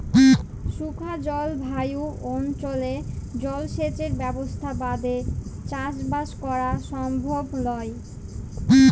শুখা জলভায়ু অনচলে জলসেঁচের ব্যবসথা বাদে চাসবাস করা সমভব লয়